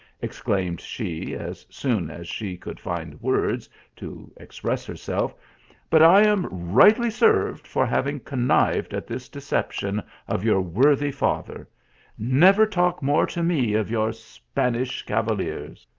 exclaimed she, as soon as she could find words to express herself but i am rightly served for having connived at this deception of your worthy father never talk more to me of your span ish cavaliers.